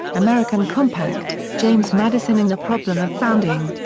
american compact james madison and the problem of founding.